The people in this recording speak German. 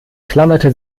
klammerte